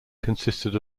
consisted